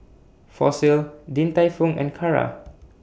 Fossil Din Tai Fung and Kara